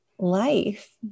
life